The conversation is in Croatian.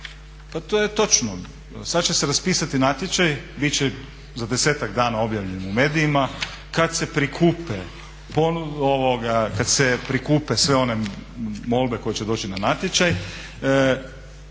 Pa to je točno. Sad će se raspisati natječaj, bit će za desetak dana objavljen u medijima. Kad se prikupe sve one molbe koje će doći na natječaj